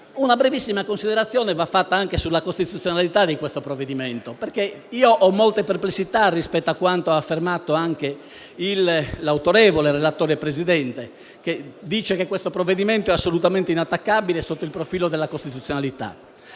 una brevissima considerazione va fatta anche sulla costituzionalità del provvedimento, perché ho molte perplessità rispetto a quanto ha affermato anche l'autorevole relatore e presidente Ostellari, il quale dice che il provvedimento è assolutamente inattaccabile sotto il profilo della costituzionalità.